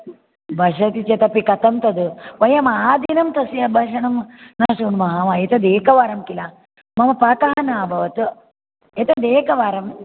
भषति चेदपि कथं तद् वयम् आदिनं तस्य भशनं न श्रुण्मः वा एतत् एकवारं खिल मम पाकः न अभवत् एतत् एकवारम्